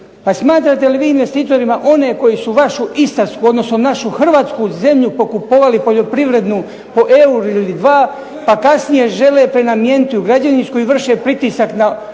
Pa smatrate li vi investitorima one koji su vašu Istarsku, odnosno našu hrvatsku zemlju pokupovali poljoprivrednu po eur ili dva, pa kasnije žele prenamijeniti u građevinsku i vrše pritisak na